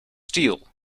steel